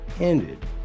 ended